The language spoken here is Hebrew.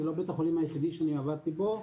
זה לא בית החולים היחידי שאני עבדתי בו,